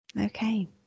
Okay